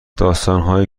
داستانهایی